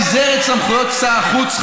אז ראש הממשלה פיזר את סמכויות שר החוץ,